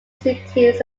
cities